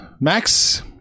Max